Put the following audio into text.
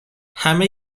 همه